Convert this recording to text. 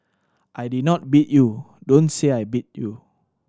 I did not beat you Don't say I beat you